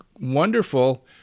wonderful